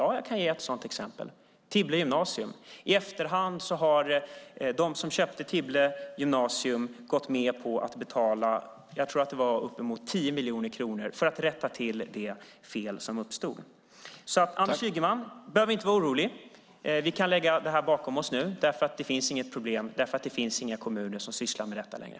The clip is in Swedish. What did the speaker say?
Ja, jag kan ge ett sådant exempel: Tibble gymnasium. I efterhand har de som köpte Tibble gymnasium gått med på att betala uppemot 10 miljoner kronor, tror jag att det var, för att rätta till de fel som uppstod. Anders Ygeman behöver alltså inte vara orolig. Vi kan nu lägga detta bakom oss, för det finns inget problem. Det finns nämligen inga kommuner som sysslar med detta längre.